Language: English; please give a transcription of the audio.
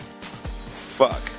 Fuck